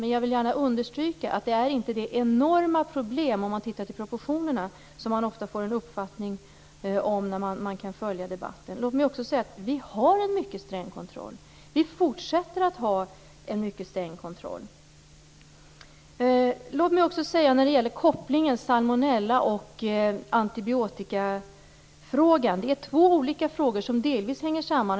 Men jag vill gärna understryka att om man ser till proportionerna är det inte det enorma problem som man ofta får ett intryck av när man följer debatten. Låt mig också säga att vi har en mycket sträng kontroll. Vi fortsätter att ha en mycket sträng kontroll. När det gäller kopplingen salmonella och antibiotikafrågan vill jag också säga att det är två olika frågor som delvis hänger samman.